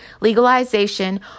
legalization